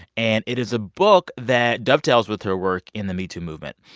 and it is a book that dovetails with her work in the metoo movement.